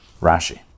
Rashi